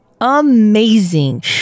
amazing